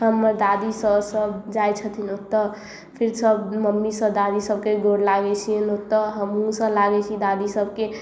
हमर दादी सासु सब जाइ छथिन ओतऽ फिर सब मम्मी सब दादी सबके गोर लागै छियनि ओतऽ हमहु सब लागै छी दादी सबके